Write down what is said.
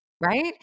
right